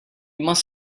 must